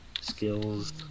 Skills